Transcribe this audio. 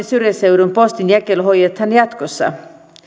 syrjäseudun postinjakelu hoidetaan jatkossa